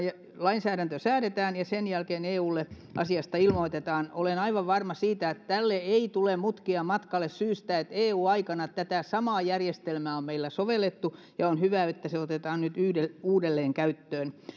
lainsäädäntö säädetään ja sen jälkeen eulle asiasta ilmoitetaan olen aivan varma siitä että tähän ei tule mutkia matkaan syystä että eu aikana tätä samaa järjestelmää on meillä sovellettu ja on hyvä että se otetaan nyt uudelleen käyttöön sitten